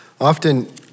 often